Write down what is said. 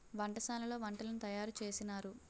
వంటశాలలో వంటలను తయారు చేసినారు